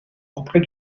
auprès